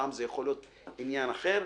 פעם זה יכול להיות עניין אחר,